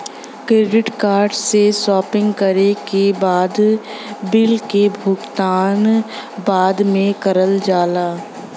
credit card से shopping करे के बाद बिल क भुगतान बाद में करल जाला